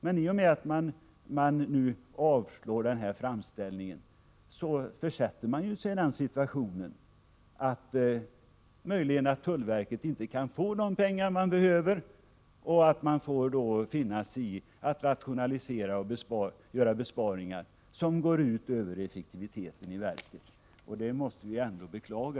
Men i och med att riksdagen nu avslår denna framställning, försätter man sig i den situationen att tullverket inte kan få de pengar som det behöver utan får finna sig i att rationalisera och göra besparingar, vilket går ut över verkets effektivitet. Det måste vi ändå beklaga.